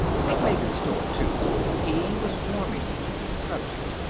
take megan's store, too he was warming to his subject,